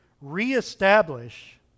Re-establish